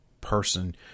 person